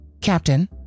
captain